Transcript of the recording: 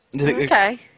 Okay